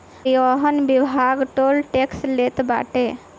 परिवहन विभाग toll tax लेत बाटे